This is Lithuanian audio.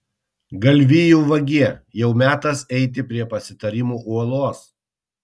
galvijų vagie jau metas eiti prie pasitarimų uolos